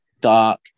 dark